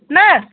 দেই